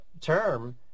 term